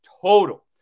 total